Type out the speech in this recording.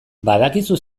badakizu